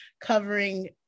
covering